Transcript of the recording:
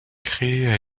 créée